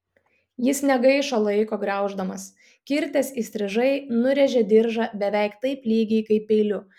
jis negaišo laiko grauždamas kirtęs įstrižai nurėžė diržą beveik taip lygiai kaip peiliu